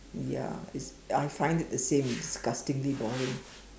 ya it's I find it the same disgustingly boring